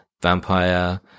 vampire